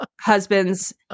husband's